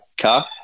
car